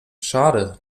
schade